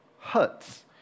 hurts